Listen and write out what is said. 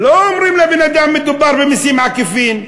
לא אומרים לבן-אדם שמדובר במסים עקיפים.